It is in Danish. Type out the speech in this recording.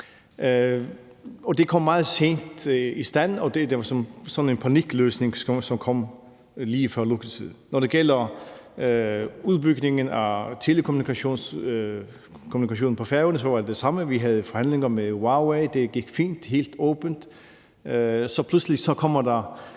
Det kom meget sent i stand – det var sådan en panikløsning, som kom lige før lukketid. Når det gælder udbygningen af telekommunikation på Færøerne, var det det samme. Vi havde forhandlinger med Huawei, og det gik fint, helt åbent, men så pludselig kommer der